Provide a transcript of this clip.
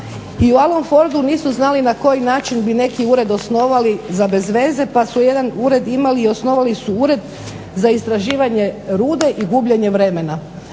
i u Alan Fordu nisu znali na koji način bi neki ured osnovali za bez veze pa su jedan ured imali osnovali su ured za istraživanje rude i gubljenje vremena,